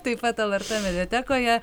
taip pat lrt mediatekoje